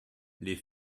les